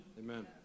Amen